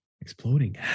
exploding